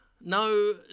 No